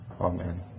Amen